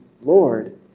Lord